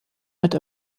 mit